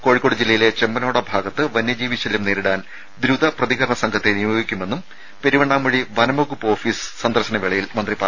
കോഴിക്കോട് ജില്ലയിലെ ചെമ്പനോട ഭാഗത്ത് വന്യജീവി ശല്യം നേരിടാൻ ദ്രുതപ്രതികരണ സംഘത്തെ നിയോഗിക്കുമെന്നും പെരുവണ്ണാമൂഴി വനംവകുപ്പ് ഓഫീസ് സന്ദർശനവേളയിൽ മന്ത്രി പറഞ്ഞു